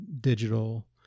digital